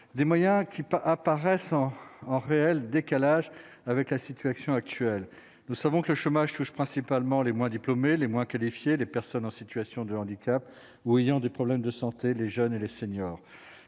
des moyens qui apparaissant en réel décalage avec la situation actuelle, nous savons que le chômage touche principalement les moins diplômés, les moins qualifiés, les personnes en situation de handicap ou ayant des problèmes de santé, les jeunes et les seniors,